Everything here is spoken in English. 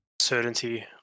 certainty